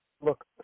Look